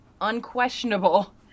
unquestionable